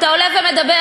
אתה עולה ומדבר,